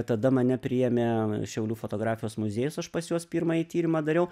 tada mane priėmė šiaulių fotografijos muziejus aš pas juos pirmąjį tyrimą dariau